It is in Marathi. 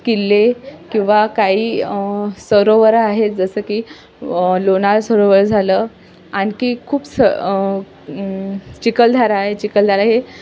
किल्ले किंवा काही सरोवरं आहेत जसं की लोणार सरोवर झालं आणखी खूप स चिखलदरा आहे चिखलदरा हे